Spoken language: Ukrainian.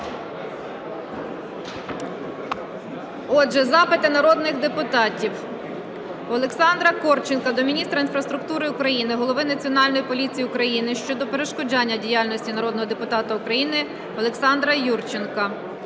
Отже, запити народних депутатів. Олександра Юрченка до міністра інфраструктури України, голови Національної поліції України щодо перешкоджання діяльності народного депутата України Олександра Юрченка.